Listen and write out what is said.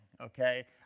okay